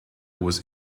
was